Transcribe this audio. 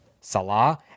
Salah